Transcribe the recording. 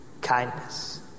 kindness